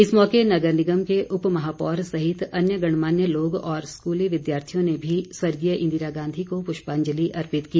इस मौके नगर निगम के उप महापौर सहित अन्य गणमान्य लोग और स्कूली विद्यार्थियों ने भी स्वर्गीय इंदिरा गांधी को पुष्पांजलि अर्पित की